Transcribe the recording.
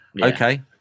Okay